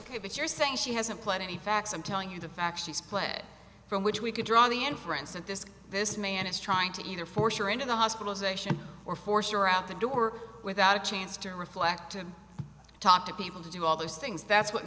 ok but you're saying she hasn't played any facts i'm telling you the facts she's play from which we can draw the inference that this this man is trying to either force or into the hospitalization or force your out the door without a chance to reflect and talk to people to do all those things that's what